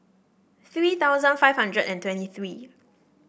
three thousand five hundred and twenty three